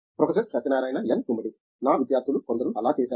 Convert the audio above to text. professor Satyanarayana N Gummadi నా విద్యార్థులు కొందరు అలా చేశారు